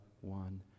one